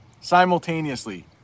simultaneously